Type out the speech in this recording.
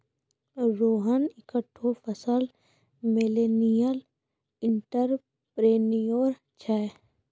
रोहन एकठो सफल millennial entrepreneur छै